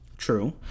True